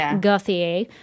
Gauthier